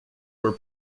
were